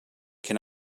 can